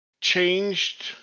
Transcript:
changed